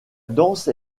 danse